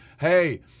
hey